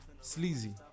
Sleazy